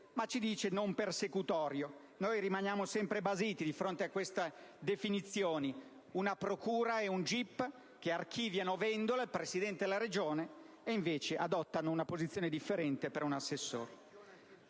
però, che non è persecutorio. Noi rimaniamo sempre basiti di fronte a queste definizioni. La procura e il GIP archiviano il caso di Vendola, presidente della Regione, ed invece adottano una posizione differente per un assessore.